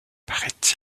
paraît